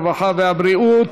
הרווחה והבריאות.